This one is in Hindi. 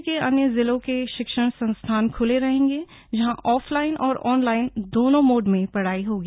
राज्य के अन्य जिलों के शिक्षण संस्थान ख्ले रहेंगे जहां ऑफलाइन और ऑनलाइन दोनों मोड में पढ़ाई होगी